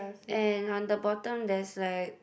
and on the bottom there's like